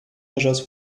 measures